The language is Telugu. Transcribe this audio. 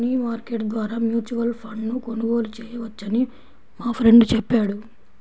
మనీ మార్కెట్ ద్వారా మ్యూచువల్ ఫండ్ను కొనుగోలు చేయవచ్చని మా ఫ్రెండు చెప్పాడు